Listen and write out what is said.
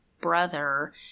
brother